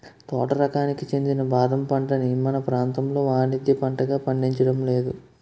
తోట రకానికి చెందిన బాదం పంటని మన ప్రాంతంలో వానిజ్య పంటగా పండించడం లేదు